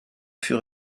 fur